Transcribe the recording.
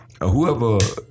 whoever